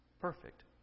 perfect